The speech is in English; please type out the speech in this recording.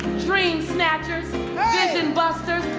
dream snatchers, vision busters,